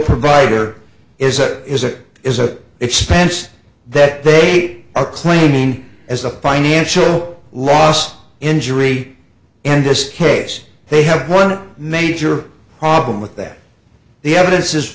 provider is a is a is a expense that they are claiming as a financial loss injury and this case they have one major problem with that the evidence is